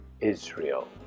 Israel